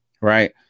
right